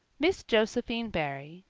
miss josephine barry,